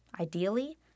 ideally